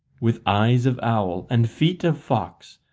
with eyes of owl and feet of fox,